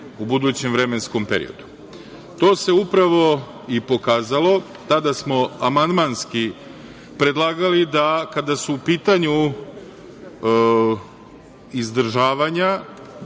u budućem vremenskom periodu. To se upravo i pokazalo. Tada smo amandmanski predlagali da kada su u pitanju izdržavanja